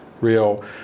real